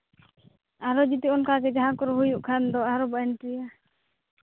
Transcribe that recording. ᱟᱨᱚ ᱡᱩᱫᱤ ᱚᱱᱠᱟ ᱜᱮ ᱡᱟᱦᱟᱸ ᱠᱚᱨᱮ ᱦᱩᱭᱩᱜ ᱠᱷᱟᱱ ᱫᱚ ᱟᱴᱦᱚᱸ ᱵᱚᱱ ᱮᱱᱴᱨᱤᱭᱟ